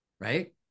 right